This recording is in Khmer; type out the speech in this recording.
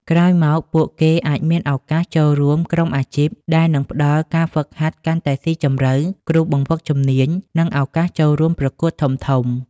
ក្រោយមក ពួកគេអាចមានឱកាស ចូលរួមក្រុមអាជីព ដែលនឹងផ្តល់ការហ្វឹកហាត់កាន់តែស៊ីជម្រៅ គ្រូបង្វឹកជំនាញ និងឱកាសចូលរួមប្រកួតធំៗ។